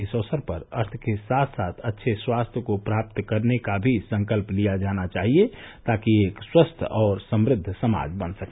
इस अवसर पर अर्थ के साथ साथ अच्छे स्वास्थ को प्राप्त करने का भी संकल्प लिया जाना चाहिए ताकि एक स्वस्थ्य और समृद्व समाज बन सके